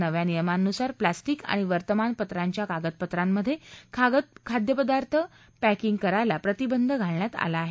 नव्या नियमांनुसार प्लास्टिक आणि वर्तमानपत्रांच्या कागदफत्रांमध्ये खाद्यपदार्थ पॅकिंग करायला प्रतिबंध घालण्यात आला आहे